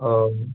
ओ